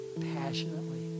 passionately